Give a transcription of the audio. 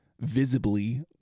visibly